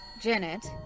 Janet